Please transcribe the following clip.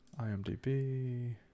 IMDB